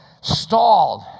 stalled